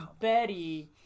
Betty